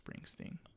Springsteen